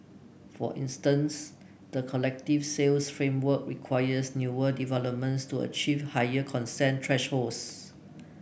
for instance the collective sales framework requires newer developments to achieve higher consent thresholds